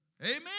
Amen